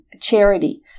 charity